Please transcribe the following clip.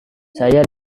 saya